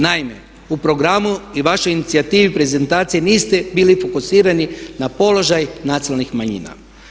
Naime, u programu i vašoj inicijativi prezentacije niste bili fokusirani na položaj nacionalnih manjina.